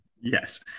Yes